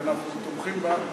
אנחנו תומכים בה.